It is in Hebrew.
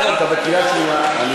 אורן, אתה בקריאה שנייה.